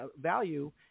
value